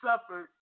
suffered